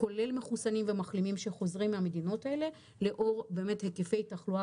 כולל מחוסנים ומחלימים שחוזרים מהמדינות האלה לאור באמת היקפי תחלואה